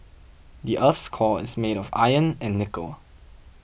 the earth's core is made of iron and nickel